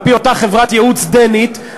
על-פי אותה חברת ייעוץ דנית,